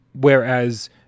Whereas